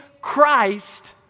Christ